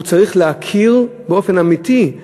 צריך להכיר באופן אמיתי,